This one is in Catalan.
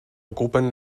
ocupen